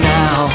now